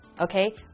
Okay